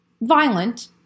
violent